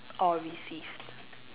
or received